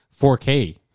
4K